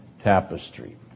tapestry